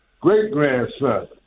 great-grandson